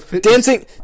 Dancing